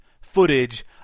footage